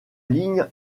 ligne